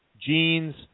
Jeans